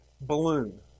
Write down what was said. balloon